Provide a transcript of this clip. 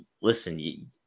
listen